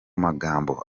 magambo